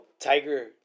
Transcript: Tiger